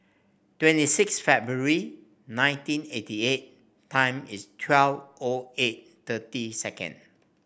twenty six February nineteen eighty eight time is twelve O eight thirty second